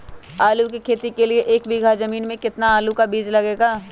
आलू की खेती के लिए एक बीघा जमीन में कितना आलू का बीज लगेगा?